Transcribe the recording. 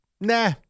nah